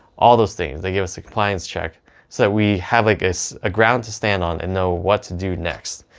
all those things. they give us a compliance check so that we have like a ground to stand on and know what to do next.